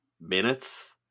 Minutes